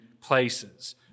places